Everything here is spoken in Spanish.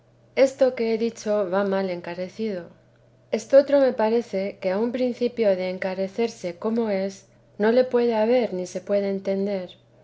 esto que he dicho va mal encarecido estotro me parece que aun principio de encarecerse como es no lo puede haber ni se puede entender